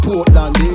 Portland